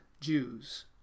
Jews